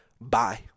Bye